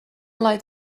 like